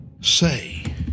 say